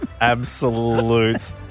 absolute